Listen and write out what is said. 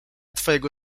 twojego